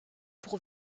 pour